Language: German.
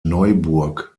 neuburg